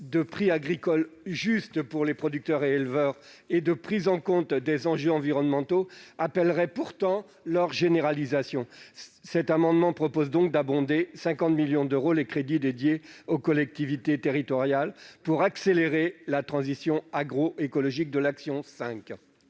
de prix agricoles justes pour les producteurs et éleveurs et la prise en compte des enjeux environnementaux appelleraient pourtant leur généralisation. Avec cet amendement, nous proposons donc d'abonder de 50 millions d'euros les crédits dédiés aux collectivités territoriales pour accélérer la transition agroécologique de l'action n°